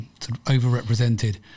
overrepresented